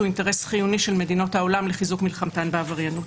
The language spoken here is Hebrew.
הוא אינטרס חיוני של מדינות העולם לחיזוק מלחמתן בעבריינות.